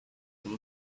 have